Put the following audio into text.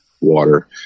water